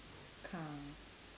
car